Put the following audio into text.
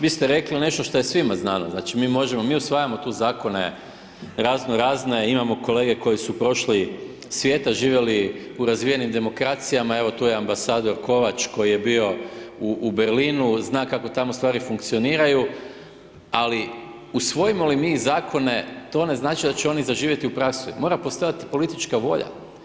Vi ste rekli nešto što je svima znano, znači mi možemo, mi usvajamo tu zakone razno razne, imamo kolege koji su prošli svijeta, živjeli u razvijenim demokracijama, evo tu je ambasador Kovač koji je bio u Berlinu, zna kako tamo stvari funkcioniraju, ali usvojimo li mi zakone, to ne znači da će oni zaživjeti u praksi, mora postojati politička volja.